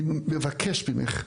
אני מבקש ממך,